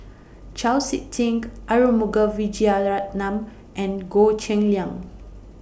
Chau Sik Ting Arumugam Vijiaratnam and Goh Cheng Liang